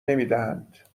نمیدهند